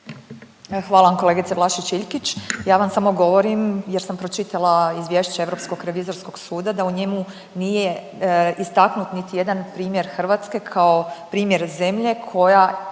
vam kolegice Vlašić Iljkić. Ja vam samo govorim jer sam pročitala izvješće Europskog revizorskog suda da u njemu nije istaknut niti jedan primjer Hrvatske kao primjer zemlje koja ima